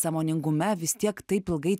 sąmoningume vis tiek taip ilgai